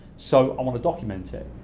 so i wanna document it.